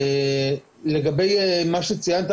לגבי מה שציינת,